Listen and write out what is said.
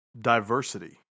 diversity